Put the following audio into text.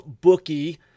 bookie